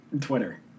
Twitter